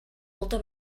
molta